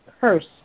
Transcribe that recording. curse